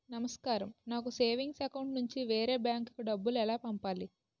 నమస్కారం నాకు savings account నుంచి వేరే బ్యాంక్ కి డబ్బు ఎలా పంపాలి?